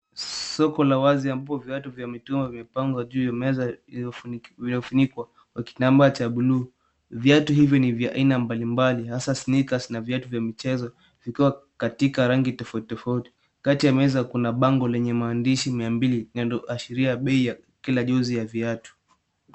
Soko la wazi ambapo viatu vya mitumba vimepangwa juu ya meza ambayo iliogu, iliofunikwa, kwa kitambaa cha blue . Viatu hivi ni vya aina mbalimbali hasa sneakers na viatu vya michezo, vikiwa katika rangi tofauti tofauti. Kati ya meza kuna bango lenye maandishi mia mbili na ndio ashiria bei ya kila juzi ya viatu.